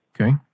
Okay